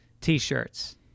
T-shirts